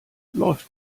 läuft